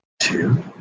two